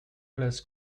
class